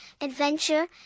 adventure